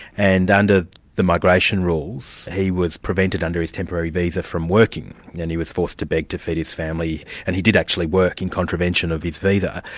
and under and the migration rules, he was prevented under his temporary visa from working, yeah and he was forced to beg to feed his family, and he did actually work in contravention of his visa.